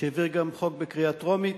שהעביר גם חוק בקריאה טרומית,